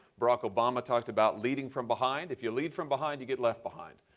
barack obama talked about leading from behind. if you lead from behind, you get left behind.